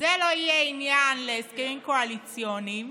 זה לא יהיה עניין להסכמים קואליציוניים,